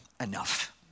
enough